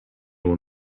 will